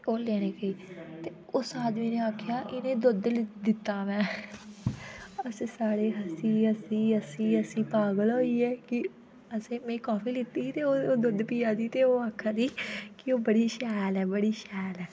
ओह् लेने गेई ते उस आदमी ने आक्खेआ की मैं दुद दित्ता हा मैं अस सारे हस्सी हस्सी हस्सी हस्सी पागल होई गे असे मैं काफी लैती ही ते ओह् दुद पिया दी ही ते ओह् आक्खा दी की ओह् बड़ी शैल ऐ बड़ी शैल ऐ